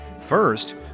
First